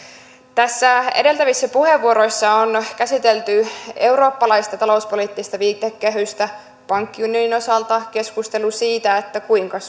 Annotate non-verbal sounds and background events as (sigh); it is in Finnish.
tässä edeltävissä puheenvuoroissa on käsitelty eurooppalaista talouspoliittista viitekehystä pankkiunionin osalta on keskusteltu siitä kuinka (unintelligible)